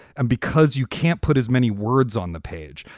and because you can't put as many words on the page,